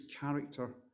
character